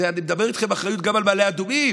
אני מדבר איתכם על אחריות גם למעלה אדומים,